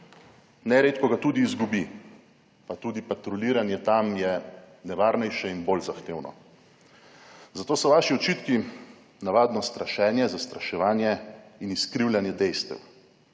neredko ga tudi izgubi, pa tudi patruljiranje tam je nevarnejše in bolj zahtevno. Zato so vaši očitki navadno strašenje, zastraševanje in izkrivljanje dejstev.